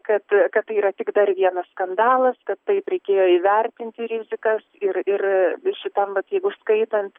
kad kad tai yra tik dar vienas skandalas kad taip reikėjo įvertinti rizikas ir ir šitam vat jeigu skaitant